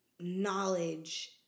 knowledge